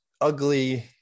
ugly